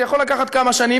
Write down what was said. זה יכול לקחת כמה שנים.